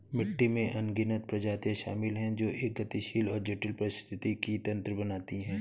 मिट्टी में अनगिनत प्रजातियां शामिल हैं जो एक गतिशील और जटिल पारिस्थितिकी तंत्र बनाती हैं